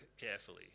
carefully